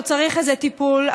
הוא צריך איזה טיפול,